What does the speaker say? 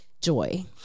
Joy